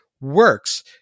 works